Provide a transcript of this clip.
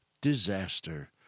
disaster